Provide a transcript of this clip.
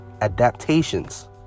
adaptations